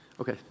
Okay